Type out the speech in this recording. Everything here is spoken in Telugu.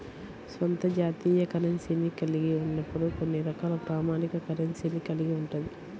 స్వంత జాతీయ కరెన్సీని కలిగి ఉన్నప్పుడు కొన్ని రకాల ప్రామాణిక కరెన్సీని కలిగి ఉంటది